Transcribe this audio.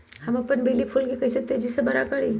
हम अपन बेली फुल के तेज़ी से बरा कईसे करी?